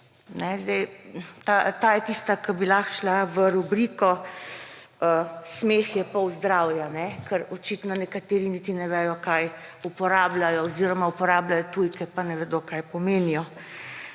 Ta je tista, ki bi lahko šla v rubriko Smeh je pol zdravja, ker očitno nekaterih niti ne vedo, kaj uporabljajo oziroma uporabljajo tujke, pa ne vedo, kaj pomenijo.